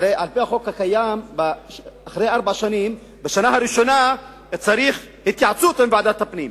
הרי לפי החוק הקיים בשנה הראשונה צריך התייעצות עם ועדת הפנים,